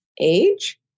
age